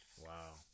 Wow